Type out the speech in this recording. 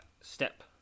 step